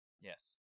Yes